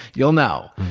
you'll know.